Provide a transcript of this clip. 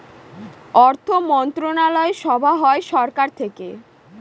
অর্থমন্ত্রণালয় সভা হয় সরকার থেকে